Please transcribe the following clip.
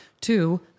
Two